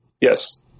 yes